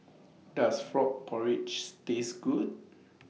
Does Frog Porridges Taste Good